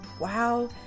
wow